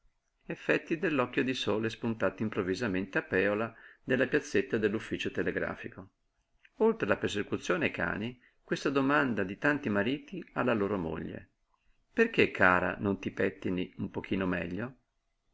effetti dell'occhio di sole spuntato improvvisamente a pèola nella piazzetta dell'ufficio telegrafico oltre la persecuzione ai cani questa domanda di tanti mariti alla loro moglie perché cara non ti pettini un pochino meglio